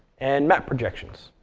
and map projections,